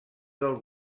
del